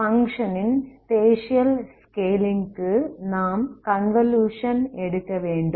function ன் spatial scaling க்கு நாம் கன்வல்யூஷன் எடுக்க வேண்டும்